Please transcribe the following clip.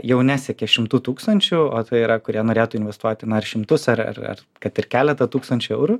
jau nesiekė šimtų tūkstančių o tai yra kurie norėtų investuoti na ir šimtus ar ar kad ir keletą tūkstančių eurų